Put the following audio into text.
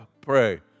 pray